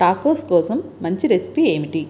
tacos కోసం మంచి recipe ఏమిటి